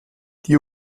die